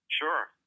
Sure